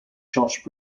josh